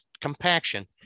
compaction